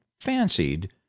fancied